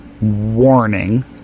warning